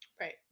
right